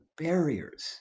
barriers